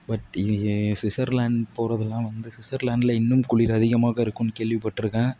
but Switzerland போகிறதுலாம் வந்து ஸ்விஸர்லேண்டில் இன்னும் குளிர் அதிகமாக இருக்கும்னு கேள்விப்பட்டிருக்கேன்